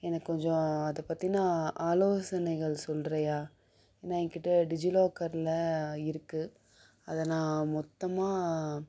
எனக்கு கொஞ்சம் அதை பற்றின ஆலோசனைகள் சொல்கிறியா ஏன்னா என்கிட்டே டிஜிலாக்கரில் இருக்குது அதை நான் மொத்தமாக